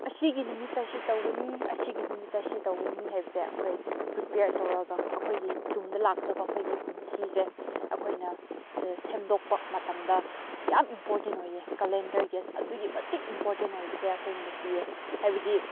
ꯑꯁꯤꯒꯤ ꯅꯨꯃꯤꯠꯇ ꯑꯁꯤ ꯇꯧꯒꯅꯤ ꯑꯁꯤꯒꯤ ꯅꯨꯃꯤꯠꯇ ꯑꯁꯤ ꯇꯧꯒꯅꯤ ꯍꯥꯏꯕꯁꯦ ꯑꯩꯈꯣꯏ ꯄ꯭ꯔꯤꯄꯤꯌꯥꯔ ꯇꯧꯔꯒ ꯑꯩꯈꯣꯏꯒꯤ ꯇꯨꯡꯗ ꯂꯥꯛꯀꯗꯧꯕ ꯑꯩꯈꯣꯏꯒꯤ ꯄꯨꯟꯁꯤꯁꯦ ꯑꯩꯈꯣꯏꯅ ꯁꯦꯝꯗꯣꯛꯄ ꯃꯇꯝꯗ ꯌꯥꯝ ꯏꯝꯄꯣꯔꯇꯦꯟ ꯑꯣꯏꯌꯦ ꯀꯂꯦꯟꯗꯔꯒꯤ ꯑꯗꯨꯒꯤ ꯃꯇꯤꯛ ꯏꯝꯄꯣꯔꯇꯦꯟ ꯑꯣꯏꯕꯁꯦ ꯑꯩꯈꯣꯏꯉꯣꯟꯗ ꯄꯤꯌꯦ ꯍꯥꯏꯕꯗꯤ